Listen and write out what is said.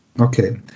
Okay